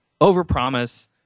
overpromise